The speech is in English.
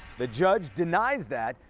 the judge denies that.